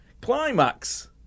Climax